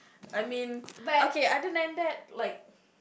I mean okay other than that like